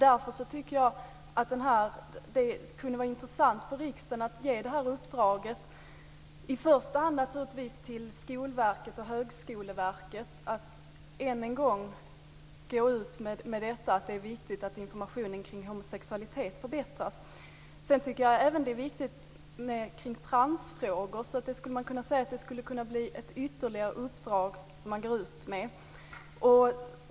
Därför tycker jag att det kunde vara intressant för riksdagen att ge detta uppdrag, i första hand till Skolverket och Högskoleverket, att än en gång gå ut med att det är viktigt att informationen kring homosexualitet förbättras. Sedan tycker jag även att det är viktigt med transfrågor. Att gå ut med dem skulle kunna sägas bli ytterligare ett uppdrag.